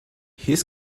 his